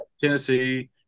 Tennessee